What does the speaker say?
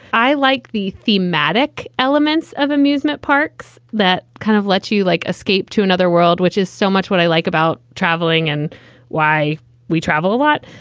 i like the thematic elements of amusement parks that kind of lets you like escape to another world, which is so much what i like about traveling and why we travel a lot.